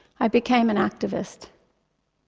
i became an activist.